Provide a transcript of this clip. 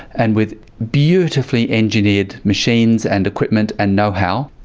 and with beautifully engineered machines and equipment and know-how.